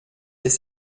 les